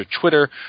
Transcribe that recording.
Twitter